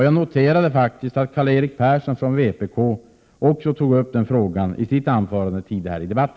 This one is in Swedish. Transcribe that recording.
Jag noterade faktiskt att Karl-Erik Persson, vpk, också tog upp den frågan i sitt anförande tidigare i denna debatt.